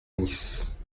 nice